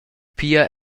pia